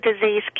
disease